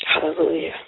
Hallelujah